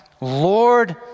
Lord